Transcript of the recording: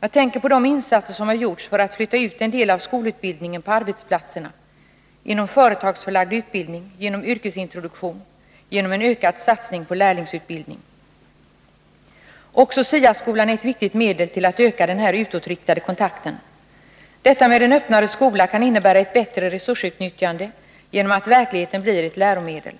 Jag tänker på de insatser som har gjorts för att flytta ut en del av skolutbildningen på arbetsplatserna, inom företagsförlagd utbildning, genom yrkesintroduktion och en ökad satsning på lärlingsutbildning. Också STA-skolan är ett viktigt medel för att öka den här utåtriktade kontakten. Detta med en öppnare skola kan innebära ett bättre resursutnyttjande, genom att verkligheten blir ett läromedel.